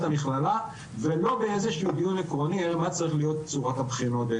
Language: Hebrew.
המכללה ולא באיזשהו דיון עקרוני מה צריך להיות צורת הבחינות.